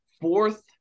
fourth